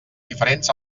diferents